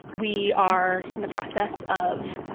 we are in the process of,